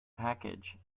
package